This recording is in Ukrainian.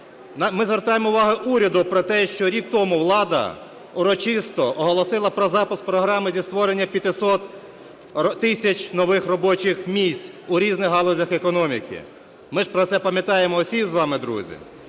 Ми звертаємо увагу уряду про те, що рік тому влада урочисто оголосила про запуск програми зі створення 500 тисяч нових робочих місць у різних галузях економіки. Ми ж про це пам'ятаємо усі з вами, друзі?